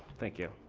thank you.